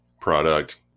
product